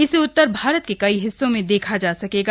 इसे उत्तर भारत के कई हिस्सों में देखा जा सकेगा